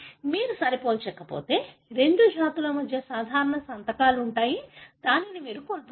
మీరు సరిపోల్చక పోతే రెండు జాతుల మధ్య సాధారణం సంతకాలు ఉంటాయి దానిని మీరు కోల్పోతారు